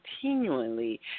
continually